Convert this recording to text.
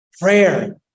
Prayer